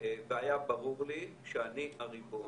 והיה ברור לי שאני הריבון,